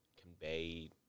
convey